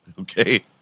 okay